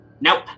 Nope